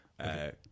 Okay